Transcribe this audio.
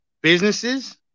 businesses